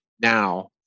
now